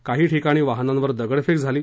काही ठिकाणी वाहनांवर दगडफेक झाली